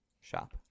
shop